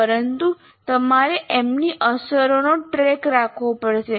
પરંતુ તમારે તેમની અસરનો ટ્રેક રાખવો પડશે